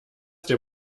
der